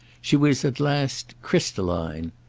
she was at last crystalline.